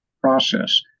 process